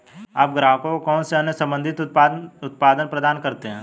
आप ग्राहकों को कौन से अन्य संबंधित उत्पाद प्रदान करते हैं?